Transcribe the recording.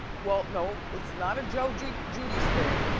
well no, it's not a joe judy's judy's thing.